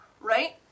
right